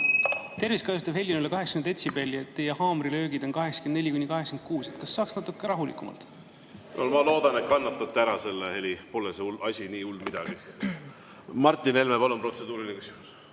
helistab kella.) on üle 80 detsibelli. Teie haamrilöögid on 84–86. Kas saaks natuke rahulikumalt? Ma loodan, et kannatate ära selle heli. Pole see asi nii hull midagi. Martin Helme, palun, protseduuriline küsimus!